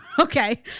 Okay